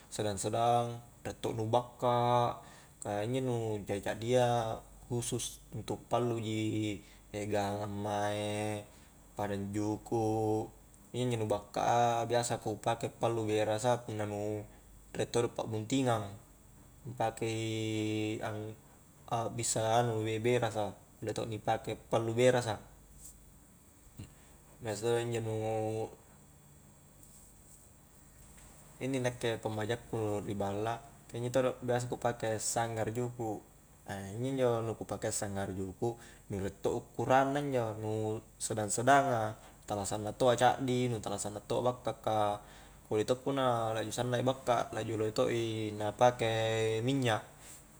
Sedang-sedang, riek to nu bakka ka injo nu caddi-caddia husus untuk pallu ji gangang mae pada juku' iyaminjo nu bakka a, biasa ku pake pallu berasa punna nu riek todo pa'buntingang ni pakei ang abbisa anu berasa, kulle to ni pake pallu berasa biasa todo injo nu inni nakke pammaja ku ri balla ka injo todo biasa ku pake sanggara juku' injo-njo nu ku pakeaa sanggara juku' nu riek to ukkurang na injo nu sedang-sedanga, tala sanna to a caddi, nu tala sanna to a bakka ka kodi to punna lakbi sanna i bakka to i na pake minnya'